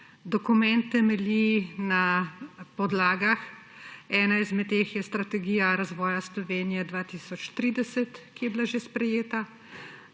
Dokument temelji na podlagah, ena izmed teh je Strategija razvoja Slovenije 2030, ki je bila že sprejeta,